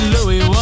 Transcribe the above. Louis